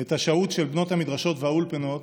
את השהות של בנות המדרשות והאולפנות